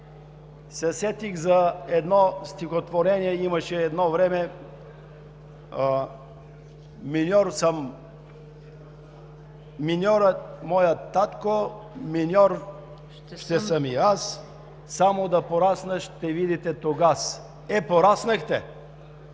се сетих за едно стихотворение, което имаше едно време: „Миньор е моят татко, миньор ще съм и аз. Само да порасна, ще видите тогаз!“ Е, пораснахте!